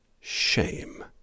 shame